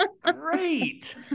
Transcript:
great